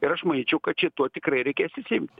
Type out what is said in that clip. ir aš manyčiau kad čia tuo tikrai reikės išsiimt